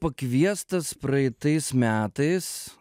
pakviestas praeitais metais